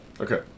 Okay